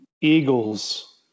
Eagles